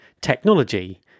technology